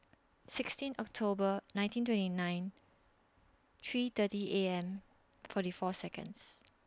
sixteen October nineteen twenty nine three thirty A M forty four Seconds